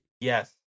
Yes